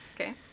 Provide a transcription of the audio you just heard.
Okay